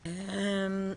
בבקשה.